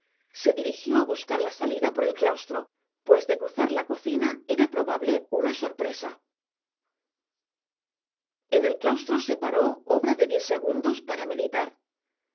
se dirigió a buscar la salida por el claustro pues de cruzar la cocina era probable una sorpresa en el claustro se paró obra de diez segundos para meditar